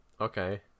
Okay